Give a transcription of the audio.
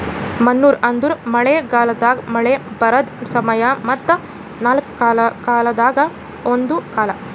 monsoon ಅಂದುರ್ ಮಳೆ ಗಾಲದಾಗ್ ಮಳೆ ಬರದ್ ಸಮಯ ಮತ್ತ ನಾಲ್ಕು ಕಾಲದಾಗ ಒಂದು ಕಾಲ